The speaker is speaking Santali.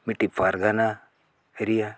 ᱢᱤᱫᱴᱤᱡ ᱯᱟᱨᱜᱟᱱᱟ ᱨᱮᱭᱟᱜ